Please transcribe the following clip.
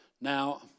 Now